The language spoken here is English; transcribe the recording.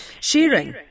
shearing